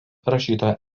rašytojo